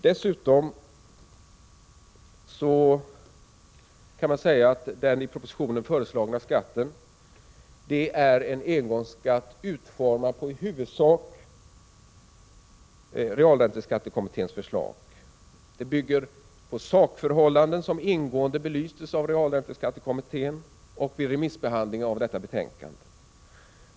Dessutom är den i propositionen föreslagna skatten en engångsskatt, utformad i huvudsak på realränteskattekommitténs förslag. Den bygger på sakförhållanden som ingående belystes av realränteskattekommittén och vid remissbehandlingen av detta betänkande.